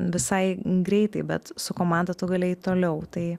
visai greitai bet su komanda tu gali eit toliau tai